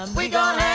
ah we got